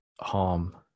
harm